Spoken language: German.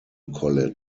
college